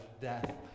death